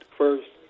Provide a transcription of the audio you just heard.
first